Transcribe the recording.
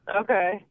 Okay